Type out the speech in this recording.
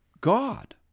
God